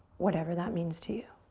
whatever that means to you.